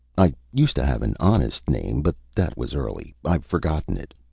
i used to have an honest name, but that was early i've forgotten it.